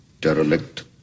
derelict